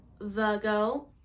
Virgo